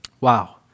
Wow